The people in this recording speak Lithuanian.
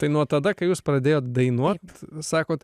tai nuo tada kai jūs pradėjot dainuot sakot